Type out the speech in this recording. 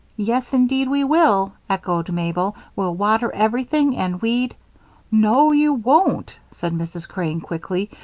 yes, indeed we will, echoed mabel. we'll water everything and weed no, you won't, said mrs. crane, quickly.